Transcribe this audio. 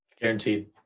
Guaranteed